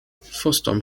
fosthom